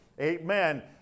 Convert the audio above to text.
Amen